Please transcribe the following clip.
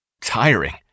tiring